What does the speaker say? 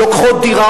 לוקחות דירה,